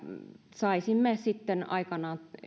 saisimme sitten aikanaan